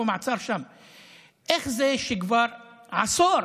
ובעיקר תדאג שביום שאחרי הקורונה,